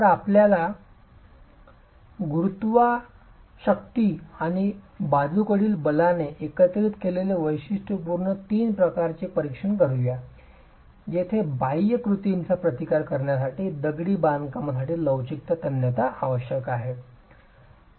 तर आपल्यात गुरुत्व शक्ती आणि बाजूकडील बलाने एकत्रित केलेले वैशिष्ट्यपूर्ण तीन प्रकरणांचे परीक्षण करू या जेथे बाह्य कृतींचा प्रतिकार करण्यासाठी दगडी बांधकामासाठी लवचिक तन्यता आवश्यक आहे